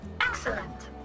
Excellent